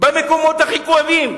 במקומות הכי כואבים.